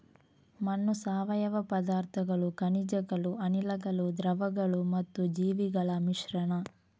ಮಣ್ಣು ಸಾವಯವ ಪದಾರ್ಥಗಳು, ಖನಿಜಗಳು, ಅನಿಲಗಳು, ದ್ರವಗಳು ಮತ್ತು ಜೀವಿಗಳ ಮಿಶ್ರಣ